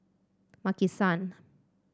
Maki San